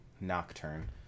nocturne